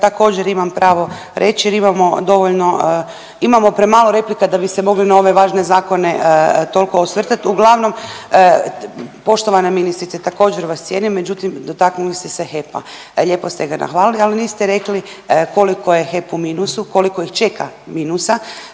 također imam pravo reći jer imamo dovoljno, imamo premalo replika da bi se mogli na ove važne zakone toliko osvrtat. Uglavnom poštovana ministrice također vas cijenim, međutim dotaknuli ste se HEP-a, lijepo ste ga nahvalili ali niste rekli koliko je HEP u minusu, koliko ih čeka minusa.